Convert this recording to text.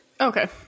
okay